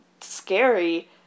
scary